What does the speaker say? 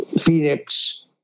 Phoenix